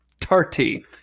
tarty